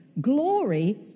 Glory